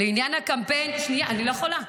לעניין הקמפיין ------ שנייה, אני לא יכולה.